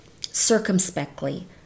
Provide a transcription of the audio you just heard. circumspectly